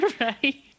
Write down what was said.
right